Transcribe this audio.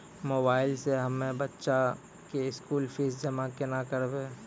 Mobile से हम्मय बच्चा के स्कूल फीस जमा केना करबै?